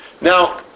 now